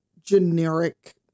generic